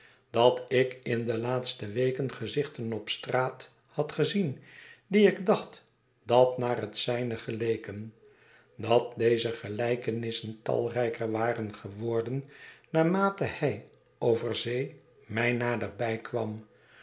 dat ik in de laatste weken gezichten op straat had gezien die ik dacht dat naar het zijne geleken dat deze gelijkenissen talrijker waren geworden naarmate hij over zee mij naderbij kwam